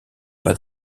pas